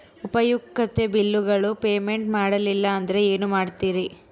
ಉಪಯುಕ್ತತೆ ಬಿಲ್ಲುಗಳ ಪೇಮೆಂಟ್ ಮಾಡಲಿಲ್ಲ ಅಂದರೆ ಏನು ಮಾಡುತ್ತೇರಿ?